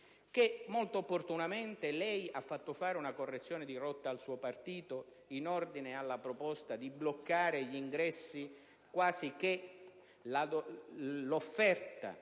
molto opportunamente ha fatto fare una correzione di rotta al suo partito in ordine alla proposta di bloccare gli ingressi, quasi che l'offerta